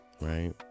right